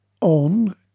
on